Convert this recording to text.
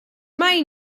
may